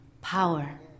power